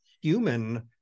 human